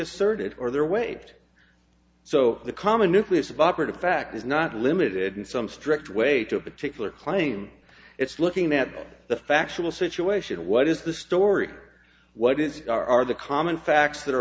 asserted or their weight so the common nucleus of operative fact is not limited in some strict way to a particular claim it's looking at the factual situation what is the story what is are the common facts that are